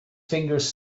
fingers